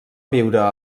viure